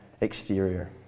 exterior